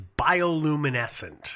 bioluminescent